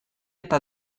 eta